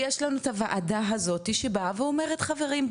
ויש לנו את הוועדה הזאתי שבאה ואומרת חברים,